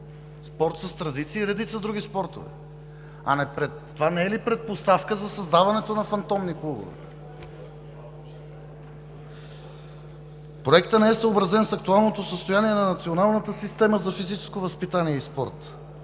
спорт с традиции, и редица други спортове. Това не е ли предпоставка за създаването на фантомни клубове? Проектът не е съобразен с актуалното състояние на Националната система за физическото възпитание и спорта.